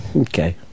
Okay